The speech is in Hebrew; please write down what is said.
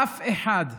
אף אחד,